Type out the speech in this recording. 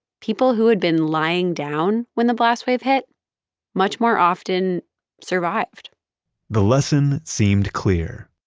people who had been lying down when the blast wave hit much more often survived the lesson seemed clear.